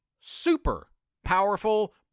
super-powerful